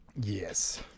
Yes